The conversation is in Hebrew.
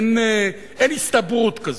אין הסתברות כזאת.